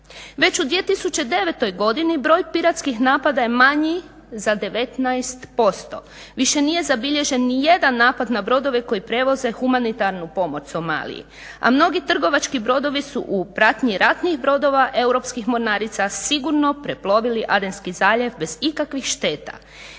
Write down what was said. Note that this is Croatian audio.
Već u 2009.godini broj piratskih napada je manji za 19% više nije zabilježen nijedan napad na brodove koji prevoze humanitarnu pomoć Somaliji, a mnogi trgovački brodovi su u pratnji ratnih brodova europskih mornarica sigurno preplovili Adenski zaljev bez ikakvih šteta.